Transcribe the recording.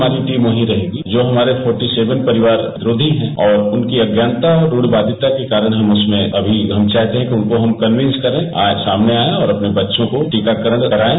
हमारी टीम वहां रहेगी जो हमारे सैंतालिस परिवास्त्रोषी हैं और उनकी अज्ञानता और रूढ़ियादिता के कारण हम उसमें अभी चाहते हैं कि उनको कविस करें और समाने आए और अपने बच्चों का टीकाकरण करायें